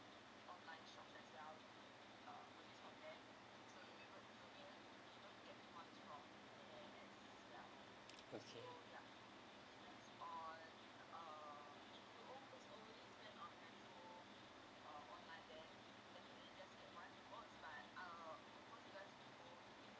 okay